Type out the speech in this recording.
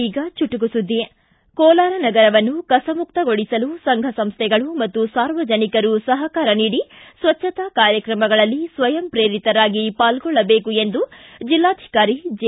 ಈಗ ಚುಟುಕು ಸುದ್ದಿ ಕೋಲಾರ ನಗರವನ್ನು ಕಸ ಮುಕ್ತಗೊಳಿಸಲು ಸಂಘ ಸಂಸ್ಟೆಗಳು ಮತ್ತು ಸಾರ್ವಜನಿಕರು ಸಹಕಾರ ನೀಡಿ ಸ್ವಚ್ಚತಾ ಕಾರ್ಯಕ್ರಮಗಳಲ್ಲಿ ಸ್ವಯಂಪ್ರೇರಿತರಾಗಿ ಪಾಲ್ಗೊಳ್ಳಬೇಕು ಎಂದು ಜಿಲ್ಲಾಧಿಕಾರಿ ಜೆ